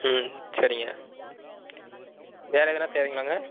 ம் சரிங்க வேறு எதனா தேவைங்களாங்க